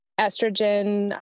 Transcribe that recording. estrogen